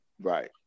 Right